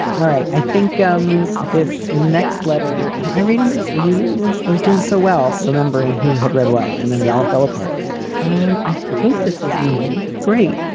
all right. i think um this this next letter and i reading this. are you reading this? i was doing so well, remembering who had read what. and then it all fell apart and i think this is me. great.